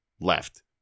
left